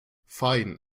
fein